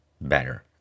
better